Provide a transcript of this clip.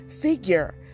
figure